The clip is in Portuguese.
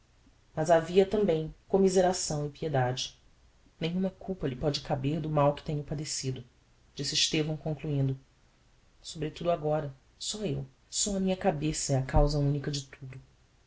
mas havia também commiseração e piedade nenhuma culpa lhe pode caber do mal que tenho padecido disse estevão concluindo sobretudo agora só eu só a minha cabeça é a causa unica de tudo